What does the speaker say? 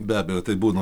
be abejo taip būna